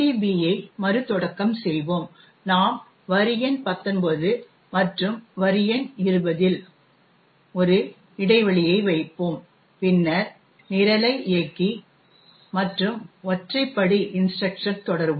பியை மறுதொடக்கம் செய்வோம் நாம் வரி எண் 19 மற்றும் வரி எண் 20 இல் ஒரு இடைவெளியை வைப்போம் பின்னர் நிரலை இயக்கி மற்றும் ஒற்றை படி இன்ஸ்ட்ரக்ஷன் தொடருவோம்